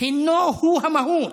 הוא המהות.